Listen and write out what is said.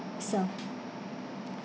itself